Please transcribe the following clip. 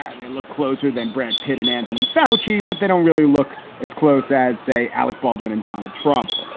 yeah they look closer than brad pitt and anthony foushee, but they don't really look as close as, say, alec baldwin and donald trump.